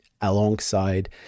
alongside